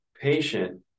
patient